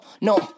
No